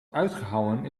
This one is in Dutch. uitgehouwen